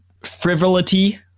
frivolity